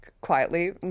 quietly